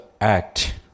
act